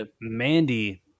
Mandy